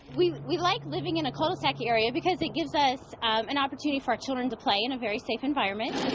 we and we like living in a cul-de-sac area because it gives us an opportunity for our children to play in a very safe environment